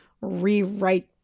rewrite